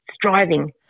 striving